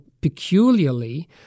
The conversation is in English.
peculiarly